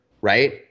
right